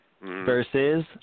versus